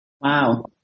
Wow